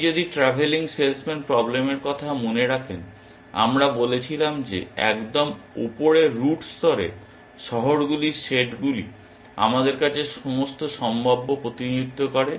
আপনি যদি travelling salesman problem এর কথা মনে রাখেন আমরা বলেছিলাম যে একদম উপরের রুট স্তরে শহরগুলির সেটগুলি আমাদের কাছে সমস্ত সম্ভাব্য প্রতিনিধিত্ব করে